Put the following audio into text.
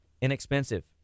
inexpensive